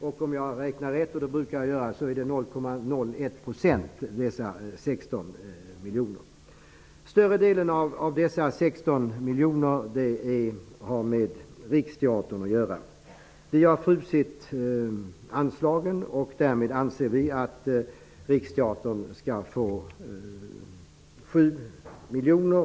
Om jag har räknat rätt, och det brukar jag göra, rör det sig om 0,01 % när det gäller de 16 miljonerna. Större delen av de 16 miljonerna har med Riksteatern att göra. Vi har frusit anslagen. Därmed anser vi att Riksteatern skall få 7 miljoner.